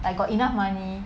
I got enough money